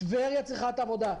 טבריה צריכה את העבודה.